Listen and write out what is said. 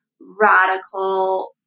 radical